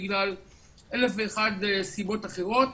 בגלל אלף ואחת סיבות אחרות.